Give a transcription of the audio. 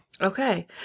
Okay